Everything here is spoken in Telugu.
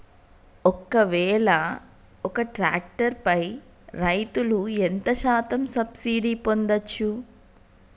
ఒక్కవేల ఒక్క ట్రాక్టర్ పై రైతులు ఎంత శాతం సబ్సిడీ పొందచ్చు?